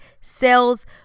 sales